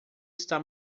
está